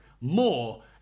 more